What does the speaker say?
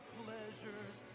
pleasures